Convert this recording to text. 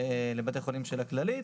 ולבתי חולים של הכללית,